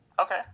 okay